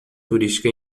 turística